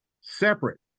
separate